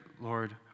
Lord